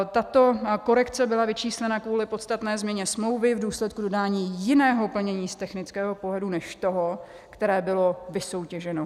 Tato korekce byla vyčíslena kvůli podstatné změně smlouvy v důsledku dodání jiného plnění z technického pohledu než toho, které bylo vysoutěženo.